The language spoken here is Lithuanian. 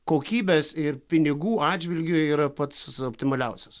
kokybės ir pinigų atžvilgiu yra pats optimaliausias